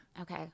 Okay